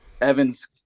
Evans